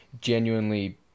genuinely